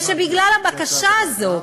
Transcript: ושבגלל הבקשה הזאת